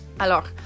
Alors